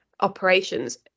operations